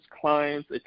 clients